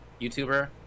YouTuber